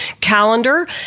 calendar